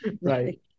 Right